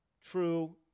true